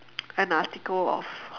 an article of